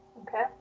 okay